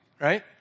Right